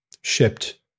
shipped